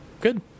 Good